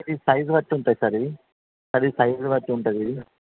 ఇది సైజు బట్టి ఉంటుంది సార్ ఇది సైజు బట్టి ఉంటుంది ఇది